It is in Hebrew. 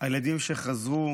שהילדים שחזרו